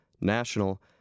national